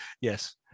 yes